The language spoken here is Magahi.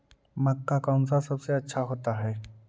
मक्का कौन सा सबसे अच्छा होता है?